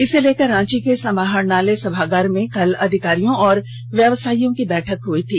इसे लेकर रांची के समहारणालय सभागार में कल अधिकारियों और व्यवसायीयों की बैठक हुई थी